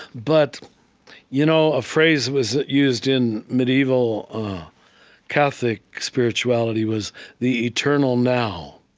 but you know a phrase was used in medieval catholic spirituality was the eternal now.